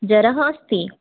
ज्वरः अस्ति